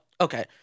okay